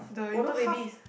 water babies